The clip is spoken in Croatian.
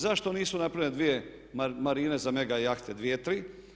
Zašto nisu napravljene dvije marine za mega jahte, dvije, tri.